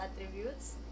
attributes